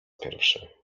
pierwszy